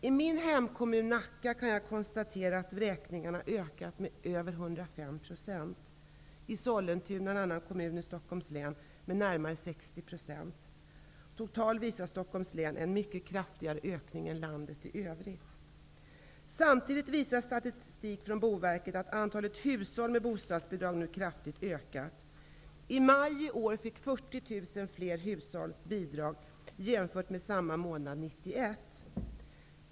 I min hemkommun Nacka kan jag konstatera att vräkningarna har ökat med över 105 %. I Sollentuna, en annan kommun i Stockholms län, har antalet ökat med närmare 60 %. Totalt uppvisar Stockholms län en mycket kraftigare ökning än i landet i övrigt. Samtidigt visar statistik från Boverket att antalet hushåll med bostadsbidrag nu kraftigt ökat. I maj i år fick 40 000 fler hushåll bostadsbidrag, jämfört med samma månad 1991.